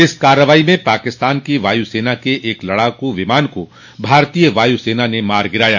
इस कार्रवाई में पाकिस्तान की वायुसेना के एक लड़ाकू विमान को भारतीय वायुसेना न मार गिराया